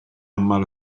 aml